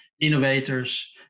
innovators